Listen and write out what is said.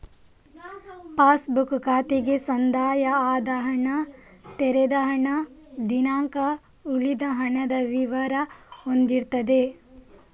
pass book ಖಾತೆಗೆ ಸಂದಾಯ ಆದ ಹಣ, ತೆಗೆದ ಹಣ, ದಿನಾಂಕ, ಉಳಿದ ಹಣದ ವಿವರ ಹೊಂದಿರ್ತದೆ